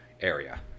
area